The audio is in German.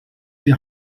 die